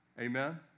Amen